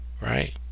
Right